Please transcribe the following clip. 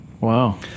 Wow